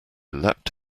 leapt